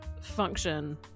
function